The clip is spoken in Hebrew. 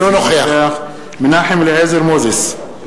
אינו נוכח מנחם אליעזר מוזס,